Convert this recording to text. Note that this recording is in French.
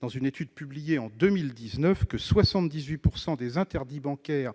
dans une étude publiée en 2019 que 78 % des interdits bancaires